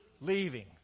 leaving